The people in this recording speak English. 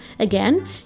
Again